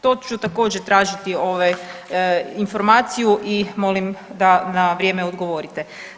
To ću također tražiti informaciju i molim da na vrijeme odgovorite.